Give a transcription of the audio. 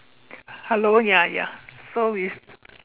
hello ya ya so with